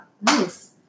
Nice